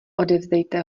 odevzdejte